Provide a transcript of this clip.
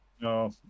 No